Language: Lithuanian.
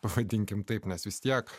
pavadinkime taip nes vis tiek